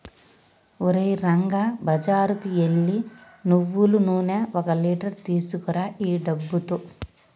ఓరే రంగా బజారుకు ఎల్లి నువ్వులు నూనె ఒక లీటర్ తీసుకురా ఈ డబ్బుతో